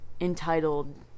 entitled